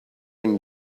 and